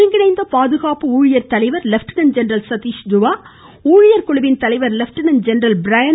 ஒருங்கிணைந்த பாதுகாப்பு ஊழிய தலைவர் லெப்டினன்ட் ஜெனரல் சதீஷ் துவா ஊழியர் குழுவின் தலைவர் லெப்டினன்ட் ஜெனரல் ப்ரையன்